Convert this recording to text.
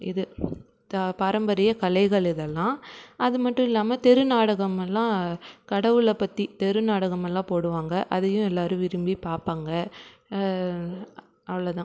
இது பாரம்பரிய கலைகள் இதெல்லாம் அது மட்டும் இல்லாமல் தெரு நாடகமெல்லாம் கடவுளை பற்றி தெரு நாடகமெல்லாம் போடுவாங்க அதையும் எல்லோரும் விரும்பி பார்ப்பாங்க அவ்வளோதான்